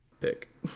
pick